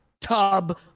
tub